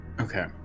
Okay